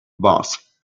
boss